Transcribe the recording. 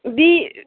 بیٚیہِ